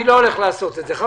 אני לא הולך לעשות את זה.